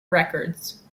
records